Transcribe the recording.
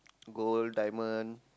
gold diamond